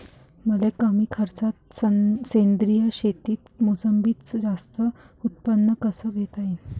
मले कमी खर्चात सेंद्रीय शेतीत मोसंबीचं जास्त उत्पन्न कस घेता येईन?